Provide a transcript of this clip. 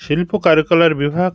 শিল্প কারুকলার বিভাগ